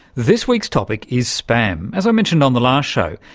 this week's topic is spam, as i mentioned on the last show.